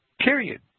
period